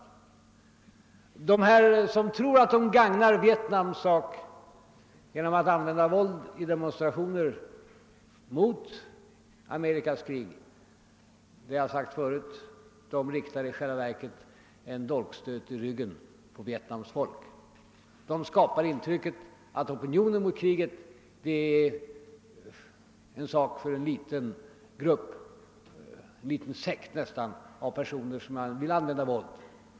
Jag har sagt förut att de som tror att de gagnar Vietnams sak genom att använda våld i demonstra tioner mot Amerikas krig i själva verket riktar en dolkstöt mot ryggen på Vietnams folk. De skapar intrycket att opinionen mot kriget är en sak för en liten grupp av personer, nästan en sekt, som vill tillgripa våld.